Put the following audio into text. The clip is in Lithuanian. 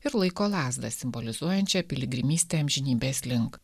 ir laiko lazdą simbolizuojančią piligrimystę amžinybės link